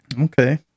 okay